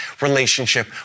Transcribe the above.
relationship